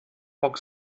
poc